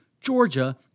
Georgia